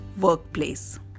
workplace